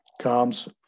comes